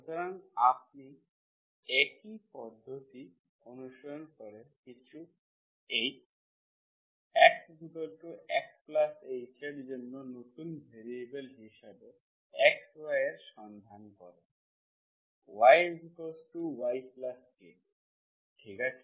সুতরাং আপনি একই পদ্ধতি অনুসরণ করে কিছু H xXh এর জন্য নতুন ভ্যারিয়েবল হিসাবে x y এর সন্ধান করেন yYk ঠিক আছে